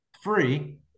Free